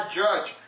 judge